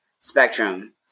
spectrum